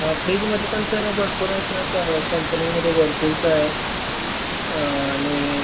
हां फ्रिजमध्ये पण सर भरपूर आहेत क कंपनीजमध्ये वडपूलचा आहे आणि